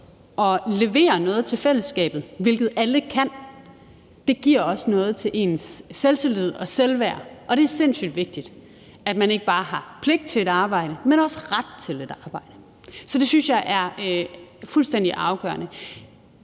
og levere noget til fællesskabet, hvilket alle kan, også giver noget til ens selvtillid og selvværd; og det er sindssyg vigtigt, at man ikke bare har pligt til et arbejde, men også ret til et arbejde. Så det synes jeg er fuldstændig afgørende.